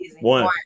One